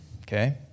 okay